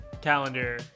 calendar